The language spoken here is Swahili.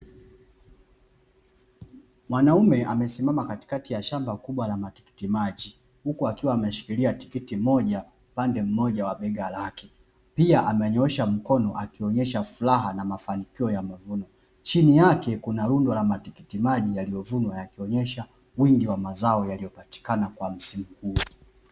Mwanaume amesimama katikati ya shamba kubwa la matikitimaji, huku akiwa ameshikilia tikiti moja upande mmoja wa bega lake. Pia amenyoosha mkono akionyesha furaha na mafaniko ya mavuno, chini yake kuna rundo la matikitimaji yaliyovunwa yakionyesha wingi wa mazao yaliyopatikana kwa msimu huo.